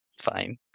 fine